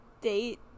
date